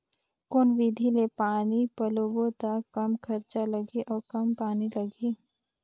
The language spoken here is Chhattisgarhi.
कौन विधि ले पानी पलोबो त कम खरचा लगही अउ कम पानी लगही?